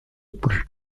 plus